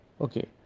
Okay